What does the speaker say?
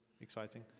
exciting